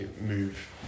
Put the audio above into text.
move